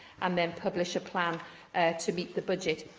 and then publish a plan to meet the budget.